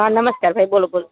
હા નમસ્તે ભાઈ બોલો બોલો